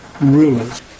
rulers